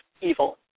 evil